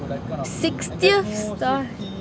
sixtieth story